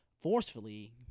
forcefully